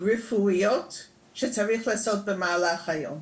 רפואיות שצריך לעשות במהלך היום,